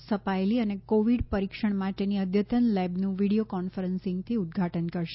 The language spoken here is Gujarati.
સ્થપાયેલી અને કોવીડ પરિક્ષણ માટેની અદ્યતન લેબનું વીડિયો કોન્ફરન્સિંગ માધ્યમથી ઉદઘાટન કરશે